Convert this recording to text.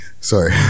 Sorry